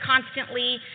constantly